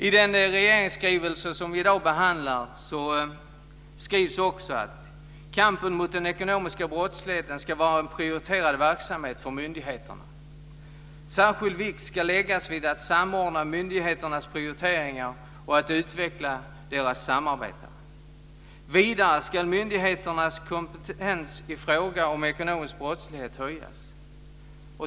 I den regeringsskrivelse som vi i dag behandlar framgår följande: Kampen mot den ekonomiska brottsligheten ska vara en prioriterad verksamhet för myndigheterna. Särskild vikt ska läggas vid att samordna myndigheternas prioriteringar och att utveckla deras samarbete. Vidare ska myndigheternas kompetens i fråga om ekonomisk brottslighet höjas.